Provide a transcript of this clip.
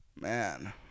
Man